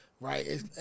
right